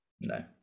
no